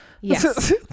Yes